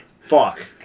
Fuck